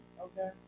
Okay